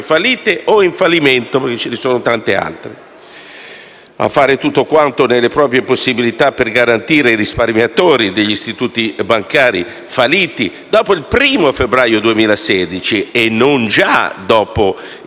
fallite o in fallimento (perché ce ne sono tante altre); a fare tutto quanto nelle proprie possibilità per garantire i risparmiatori degli istituti bancari falliti dopo il 1° febbraio 2016 (e non già dopo il